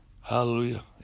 hallelujah